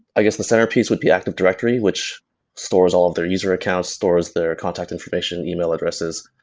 i guess the centerpiece would be active director which stores all of their user accounts, stores their contact information, email addresses.